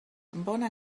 bona